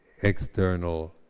external